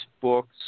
books